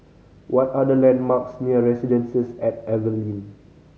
what are the landmarks near Residences at Evelyn